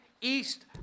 east